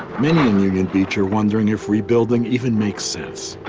many in union beach are wondering if rebuilding even makes sense.